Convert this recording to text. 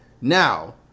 Now